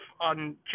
on